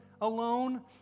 alone